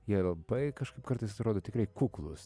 jei labai kažkaip kartais atrodo tikrai kuklūs